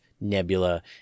nebula